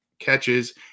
Catches